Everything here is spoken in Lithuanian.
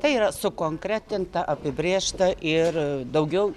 tai yra sukonkretinta apibrėžta ir daugiau